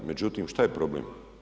Međutim šta je problem?